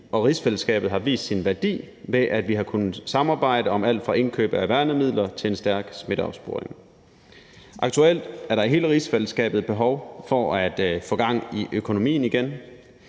og rigsfællesskabet har vist sin værdi, ved at vi har kunnet samarbejde om alt fra indkøb af værnemidler til en stærk smitteopsporing. Aktuelt er der i hele rigsfællesskabet behov for at få gang i økonomien igen.